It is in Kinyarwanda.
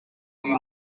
uyu